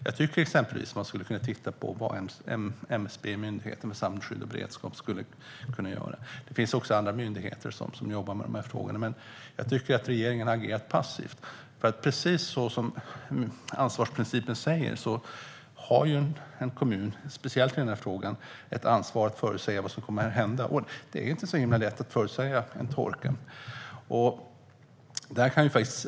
Jag tycker exempelvis att man skulle kunna titta på vad MSB, Myndigheten för samhällsskydd och beredskap, skulle kunna göra. Det finns också andra myndigheter som jobbar med de här frågorna, men jag tycker att regeringen har agerat passivt. Som ansvarsprincipen säger har en kommun, speciellt i den här frågan, ett ansvar att förutsäga vad som kommer att hända, och det är inte så himla lätt att förutsäga en torka.